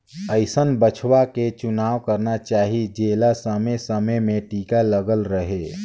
अइसन बछवा के चुनाव करना चाही जेला समे समे में टीका लगल रहें